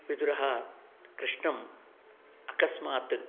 विदुरः कृष्णम् अकस्मात्